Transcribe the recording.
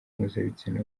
mpuzabitsina